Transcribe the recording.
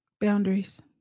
boundaries